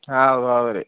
ಹಾಂ ಅವ ಅವ ರೀ